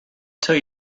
tell